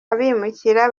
abimukira